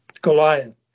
Goliath